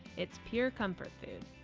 it's pure comfort food.